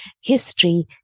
history